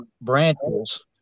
branches